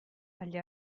agli